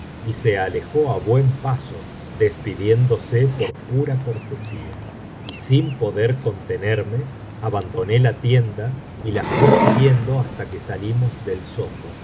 y se alejó á buen paso despidiéndose por pura cortesía y sin poder contenerme abandoné la tienda y la fui siguiendo hasta que salimos del zoco